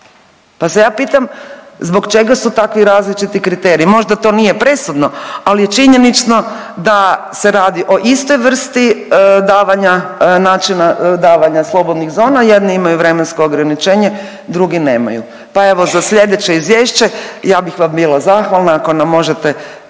pa se ja pitam zbog čega su takvi različiti kriteriji, možda to nije presudno, al je činjenično da se radi o istoj vrsti davanja, načina davanja slobodnih zona, jedni imaju vremensko ograničenje, drugi nemaju, pa evo za slijedeće izvješće ja bih vam bila zahvalna ako nam možete